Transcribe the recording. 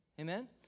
Amen